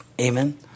Amen